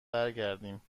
برگردیم